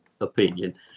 opinion